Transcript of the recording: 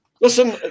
Listen